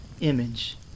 image